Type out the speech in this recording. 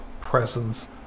presence